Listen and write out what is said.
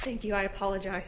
thank you i apologize